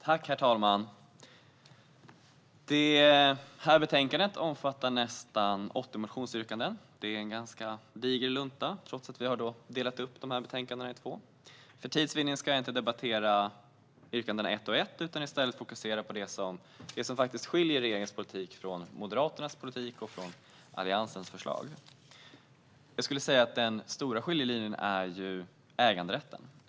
Herr talman! Det här betänkandet omfattar nästan 80 motionsyrkanden. Det är en ganska diger lunta, trots att vi har delat upp detta i två delar. Men för tids vinnande ska jag inte debattera yrkandena ett och ett utan i stället fokusera på det som skiljer regeringens politik från Moderaternas politik och Alliansens förslag. Jag skulle vilja säga att den stora skillnaden är äganderätten.